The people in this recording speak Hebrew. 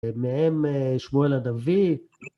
ומהם שמואל הנביא